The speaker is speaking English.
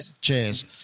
Cheers